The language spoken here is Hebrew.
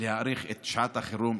להאריך את שעת החירום,